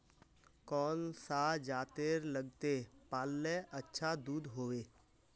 कौन सा जतेर लगते पाल्ले अच्छा दूध होवे?